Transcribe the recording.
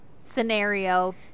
scenario